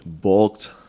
bulked